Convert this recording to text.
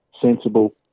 sensible